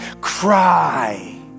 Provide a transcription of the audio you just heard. Cry